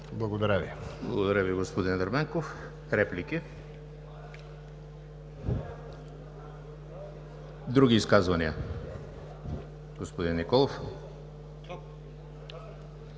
ЕМИЛ ХРИСТОВ: Благодаря Ви, господин Ерменков. Реплики? Други изказвания? Господин Николов.